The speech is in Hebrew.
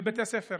בבתי הספר.